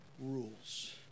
rules